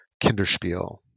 Kinderspiel